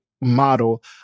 model